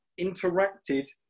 interacted